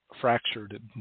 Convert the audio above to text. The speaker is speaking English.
fractured